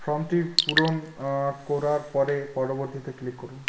ফর্মটি পূরণ করার পরে পরবর্তীতে ক্লিক করুন